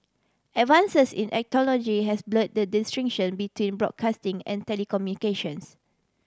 advances in has blur the distinction between broadcasting and telecommunications